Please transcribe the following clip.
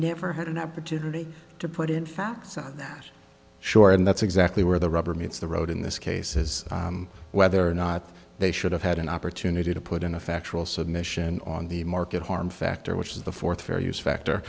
never had an opportunity to put in facts on the shore and that's exactly where the rubber meets the road in this case is whether or not they should have had an opportunity to put in a factual submission on the market harm factor which is the fourth fair use factor